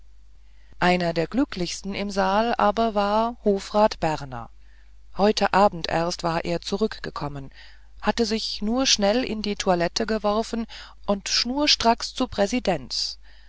einer der glücklichsten im saal war aber hofrat berner heute abend erst war er zurückgekommen hatte sich nur schnell in die toilette geworfen und schnurstracks zu präsidents